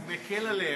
אני מקל עליהן,